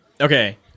Okay